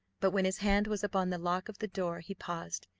but when his hand was upon the lock of the door he paused,